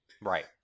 Right